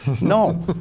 No